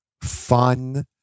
fun